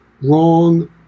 wrong